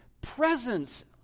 presence